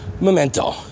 Memento